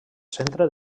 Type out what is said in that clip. centre